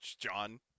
John